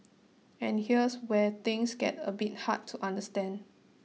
and here's where things get a bit hard to understand